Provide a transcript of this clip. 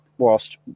whilst